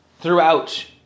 throughout